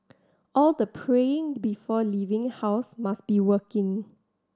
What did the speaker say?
all the praying before leaving house must be working